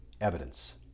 evidence